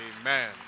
amen